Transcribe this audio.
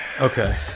Okay